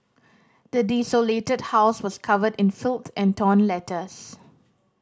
the desolated house was covered in filth and torn letters